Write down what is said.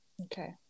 okay